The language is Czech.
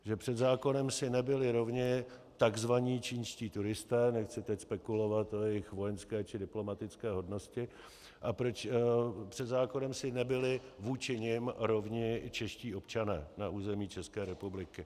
Že před zákonem si nebyli rovni takzvaní čínští turisté nechci teď spekulovat o jejich vojenské či diplomatické hodnosti a proč před zákonem si nebyli vůči nim rovni čeští občané na území České republiky.